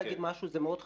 זה מאוד חשוב.